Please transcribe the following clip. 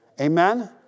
Amen